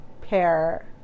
pair